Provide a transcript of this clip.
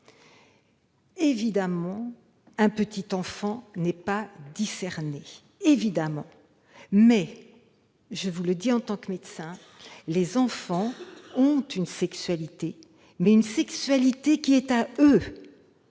Évidemment, un petit enfant n'est pas discerné. Mais, je vous le dis en tant que médecin, les enfants ont une sexualité, une sexualité qui est à eux